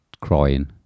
crying